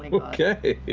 okay.